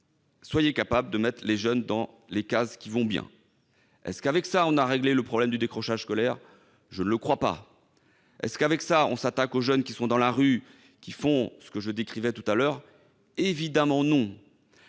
un certain nombre de jeunes dans des cases qui vont bien. Est-ce qu'avec cela on aura réglé le problème du décrochage scolaire ? Je ne le crois pas. Est-ce qu'avec cela on s'attaque aux jeunes qui sont dans la rue, et qui font ce que je décrivais ? Évidemment non !